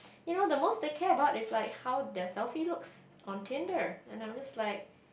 you know they most they care about is like how their selfie looks on Tinder and I'm just like